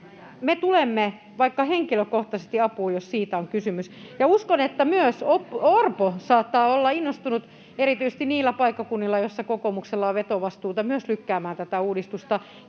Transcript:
Me tulemme vaikka henkilökohtaisesti apuun, jos siitä on kysymys, ja uskon, että myös Orpo saattaa olla innostunut erityisesti niillä paikkakunnilla, joissa kokoomuksella on vetovastuuta, myös lykkäämään tätä uudistusta